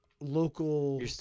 local